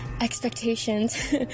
expectations